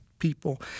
people